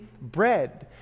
bread